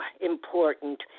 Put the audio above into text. important